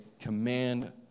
command